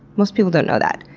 most people don't know that.